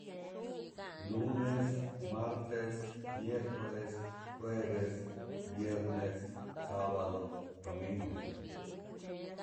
Lunes, martes, miercoles, jueves, viernes, sabado, domingo.